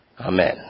Amen